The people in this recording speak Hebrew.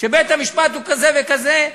שבית-המשפט הוא כזה וכזה.